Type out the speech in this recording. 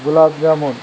gulab jamun